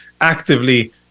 actively